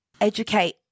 educate